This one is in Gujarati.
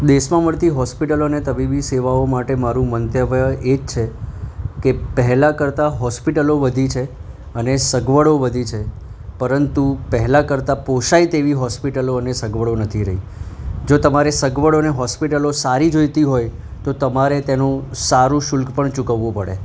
દેશમાં મળતી હોસ્પિટલ અને તબીબી સેવાઓ માટે મારું મંતવ્ય એ જ છે કે પહેલા કરતાં હોસ્પિટલો વધી છે અને સગવડો વધી છે પરંતુ પહેલા કરતાં પોસાય તેવી હોસ્પિટલો અને સગવડો નથી રહી જો તમારે સગવડો અને હોસ્પિટલો સારી જોતી હોય તો તમારે તેનું સારું શુલ્ક પણ ચૂકવવું પડે